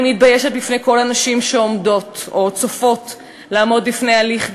אני מתביישת בפני כל הנשים שעומדות או צופות לעמוד בפני הליך גירושין.